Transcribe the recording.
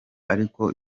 ariko